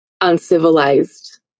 uncivilized